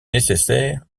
nécessaire